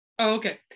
Okay